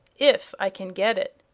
if i can get it,